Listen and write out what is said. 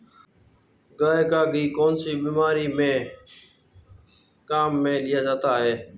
गाय का घी कौनसी बीमारी में काम में लिया जाता है?